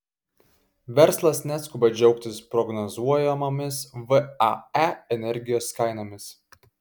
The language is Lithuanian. verslas neskuba džiaugtis prognozuojamomis vae energijos kainomis